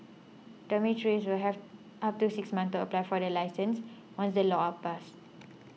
dormitories will have up to six months to apply for the licence once the laws are passed